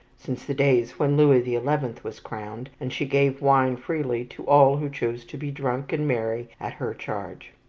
since the days when louis the eleventh was crowned, and she gave wine freely to all who chose to be drunk and merry at her charge.